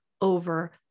over